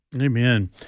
Amen